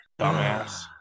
Dumbass